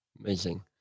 Amazing